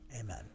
Amen